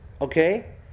Okay